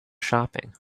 shopping